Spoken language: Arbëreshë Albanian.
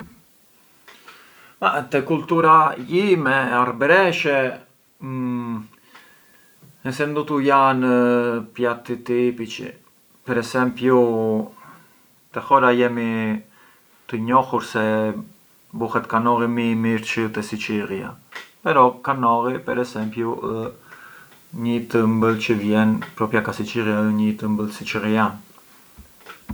Te kultura jime arbëreshe ngë se ndutu janë piatti tipici, per esempiu te hora jemi të njohur se buhet kanolli më i mirë çë ë te Siçillja, kanolli per esempiu ë një i tëmbël çë vjen ka Siçillja, çë ë siçilljan.